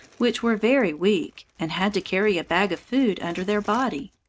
which were very weak and had to carry a bag of food under their body,